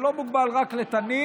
זה לא מוגבל רק לתנים,